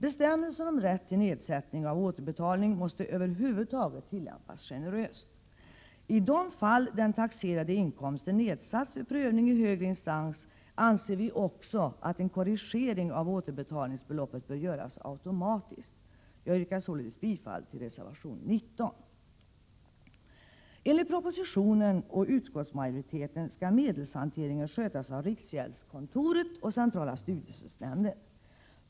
Bestämmelsen om rätt till nedsättning av återbetalningsbeloppet måste över huvud taget tillämpas generöst. I de fall den taxerade inkomsten nedsatts vid prövning i högre instans anser vi också att en korrigering av återbetalningsbeloppet bör göras Prot. 1987/88:128 automatiskt. 27 maj 1988 Herr talman! Jag yrkar bifall till reservation 19. Enligt propositionen och utskottsmajoritetens förslag skall medelshanteringen skötas av riksgäldskontoret och centrala studiestödsnämnden.